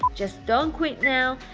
um just don't quit now,